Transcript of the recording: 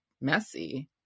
messy